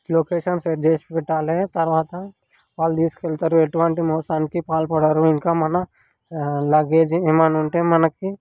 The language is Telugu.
లొకేషన్ సెట్ చేసి పెట్టాలి తరువాత వాళ్ళు తీసుకెళతారు ఎటువంటి మోసానికి పాల్పడరు ఇంకా మన లగేజ్ ఏమైనా ఉంటే మనకి